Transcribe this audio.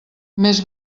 més